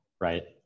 right